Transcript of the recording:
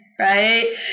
right